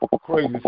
Crazy